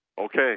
Okay